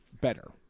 better